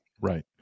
right